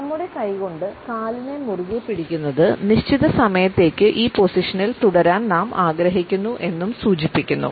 നമ്മുടെ കൈകൊണ്ട് കാലിനെ മുറുകെപ്പിടിക്കുന്നത് നിശ്ചിത സമയത്തേക്ക് ഈ പൊസിഷനിൽ തുടരാൻ നാം ആഗ്രഹിക്കുന്നു എന്നും സൂചിപ്പിക്കുന്നു